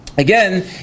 Again